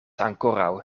ankoraŭ